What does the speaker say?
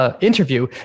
Interview